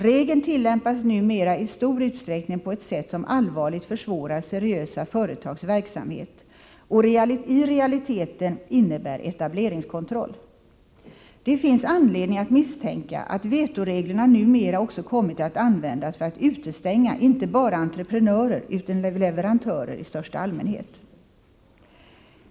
Regeln tillämpas numera i stor utsträckning på ett sätt som allvarligt försvårar seriösa företags verksamhet och i realiteten innebär etableringskontroll. Det finns anledning att misstänka att vetoreglerna numera också kommit att användas för att utestänga inte bara entreprenörer utan leverantörer i största allmänhet.